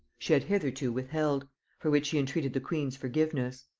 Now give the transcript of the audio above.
she had hitherto withheld for which she entreated the queen's forgiveness.